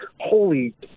holy